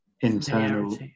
internal